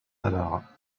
navarre